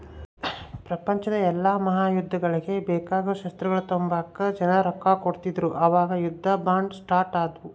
ಪ್ರಪಂಚುದ್ ಎಲ್ಡೂ ಮಹಾಯುದ್ದಗುಳ್ಗೆ ಬೇಕಾಗೋ ಶಸ್ತ್ರಗಳ್ನ ತಾಂಬಕ ಜನ ರೊಕ್ಕ ಕೊಡ್ತಿದ್ರು ಅವಾಗ ಯುದ್ಧ ಬಾಂಡ್ ಸ್ಟಾರ್ಟ್ ಆದ್ವು